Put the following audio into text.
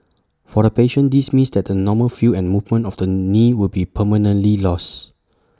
for the patient this means that the normal feel and movement of the knee will be permanently lost